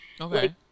Okay